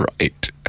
Right